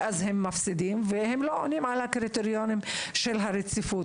ואז הם מפסידים והם לא עונים על הקריטריונים של הרציפות.